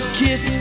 kiss